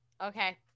Okay